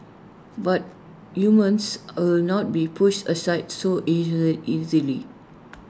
but humans will not be pushed aside so easily easily